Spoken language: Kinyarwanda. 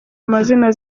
amazina